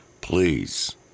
Please